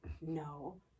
No